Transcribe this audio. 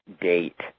date